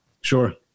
Sure